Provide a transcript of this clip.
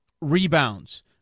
Rebounds